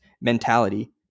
mentality